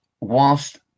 whilst